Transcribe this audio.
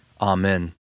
Amen